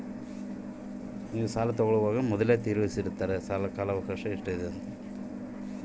ಸಾಲ ತೇರಿಸಲು ಕಾಲ ಅವಕಾಶ ಎಷ್ಟು?